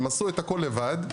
הם עשו את הכל לבד,